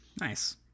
Nice